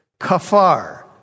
kafar